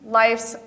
life's